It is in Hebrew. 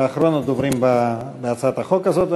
היה אחרון הדוברים בהצעת החוק הזאת.